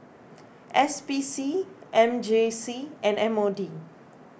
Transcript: S P C M J C and M O D